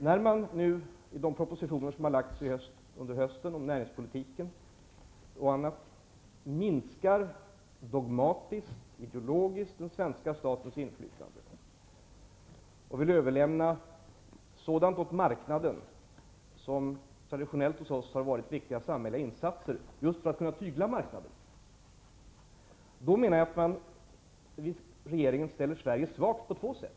När man i de propositioner som lades i höstas om näringspolitiken och annat minskar, dogmatiskt och ideologiskt, den svenska statens inflytande och vill överlämna sådant åt marknaden som traditionellt hos oss har varit viktiga samhälleliga insatser just för att kunna tygla marknaden, då menar jag att regeringen gör Sverige svagt på två sätt.